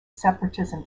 separatism